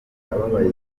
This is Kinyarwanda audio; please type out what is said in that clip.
ababaye